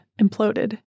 imploded